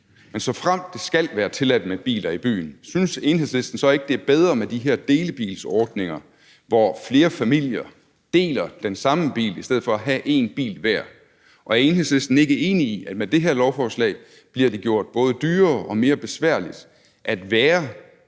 men såfremt det skal være tilladt med biler i byen, synes Enhedslisten så ikke, det er bedre med de her delebilsordninger, hvor flere familier deler den samme bil i stedet for at have en bil hver? Og er Enhedslisten ikke enig i, at med det her lovforslag bliver det gjort både dyrere og mere besværligt at være